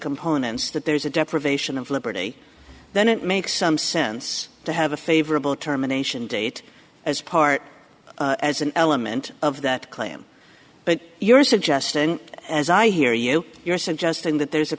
components that there's a deprivation of liberty then it makes some sense to have a favorable terminations date as part as an element of that claim but you're suggesting as i hear you you're suggesting that there's a